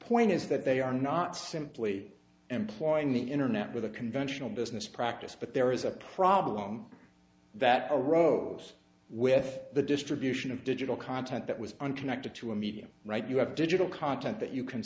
point is that they are not simply employing the internet with a conventional business practice but there is a problem that arose with the distribution of digital content that was unconnected to a medium right you have digital content that you can